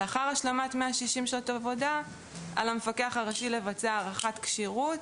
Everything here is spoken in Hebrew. לאחר השלמת 160 שעות עבודה על המפקח הראשי לבצע הערכת כשירות,